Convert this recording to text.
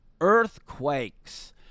earthquakes